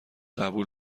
قبول